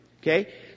Okay